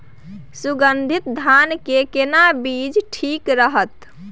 सुगन्धित धान के केना बीज ठीक रहत?